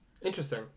interesting